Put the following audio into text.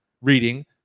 reading